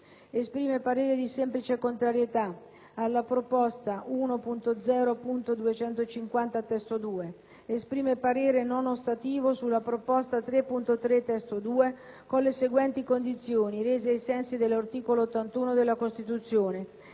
Esprime parere di semplice contrarietasulla proposta 1.0.250 (testo 2). Esprime parere non ostativo sulla proposta 3.3 (testo 2), con le seguenti condizioni, rese ai sensi dell’articolo 81 della Costituzione: